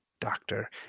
doctor